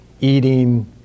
eating